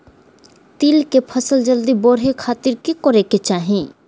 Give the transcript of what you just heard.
तिल के फसल जल्दी बड़े खातिर की करे के चाही?